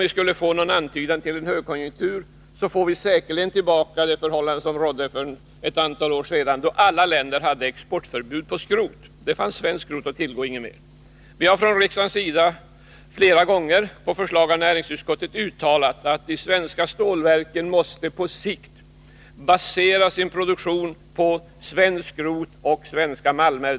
I synnerhet om vi får en antydan till högkonjunktur, skulle vi säkerligen få tillbaka det förhållande som rådde för ett antal år sedan, då alla länder hade exportförbud på skrot. Det fanns svenskt skrot att tillgå, inget mer. På förslag av näringsutskottet har riksdagen flera gånger uttalat att de svenska stålverken måste på sikt basera sin produktion på svenskt skrot och svenska malmer.